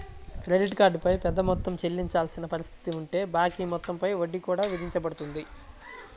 credit card పై పెద్ద మొత్తం చెల్లించవలసిన పరిస్థితి ఉంటే బాకీ మొత్తం పై వడ్డీ కూడా విధించబడుతుంది